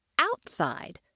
outside